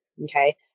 Okay